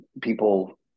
people